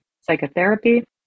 psychotherapy